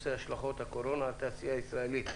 על סדר-היום: השלכות הקורונה על התעשייה הישראלית.